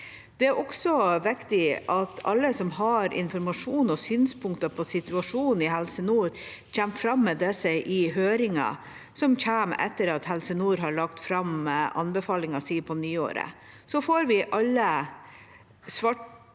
Det er også viktig at alle som har informasjon om og synspunkter på situasjonen i Helse nord, kommer fram med disse i høringen, som kommer etter at Helse nord har lagt fram anbefalingen sin på nyåret. Så får vi se alt